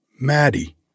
Maddie